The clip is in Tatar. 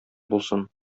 булсын